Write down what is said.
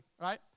right